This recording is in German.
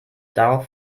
darauf